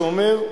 שאומר,